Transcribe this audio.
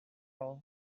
all